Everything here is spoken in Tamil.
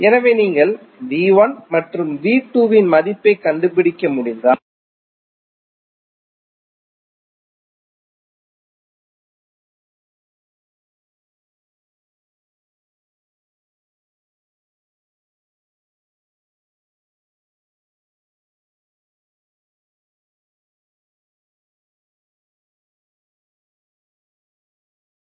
எனவே நீங்கள் V1 மற்றும் V2 இன் மதிப்பைக் கண்டுபிடிக்க முடிந்தால் இந்த குறிப்பிட்ட கரண்ட் வட்டத்தைக் கண்டால் நீங்கள் V4 இன் மதிப்பைக் கண்டுபிடிக்க முடியும் எனவே இங்கே V43 ஐ V4 ஆகவும் V53 ஐ V5 ஆகவும் எழுதலாம்